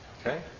okay